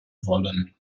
wollen